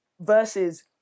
versus